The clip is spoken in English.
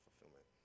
fulfillment